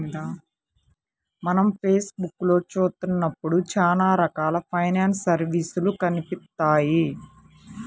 మనం ఫేస్ బుక్కులో చూత్తన్నప్పుడు చానా రకాల ఫైనాన్స్ సర్వీసులు కనిపిత్తాయి